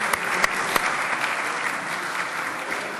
(מחיאות כפיים)